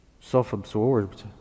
self-absorbed